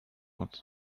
what